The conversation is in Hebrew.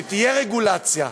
שתהיה רגולציה,